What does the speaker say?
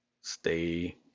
stay